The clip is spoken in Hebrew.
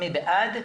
מי בעד?